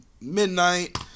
midnight